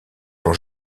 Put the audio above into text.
sont